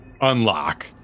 unlock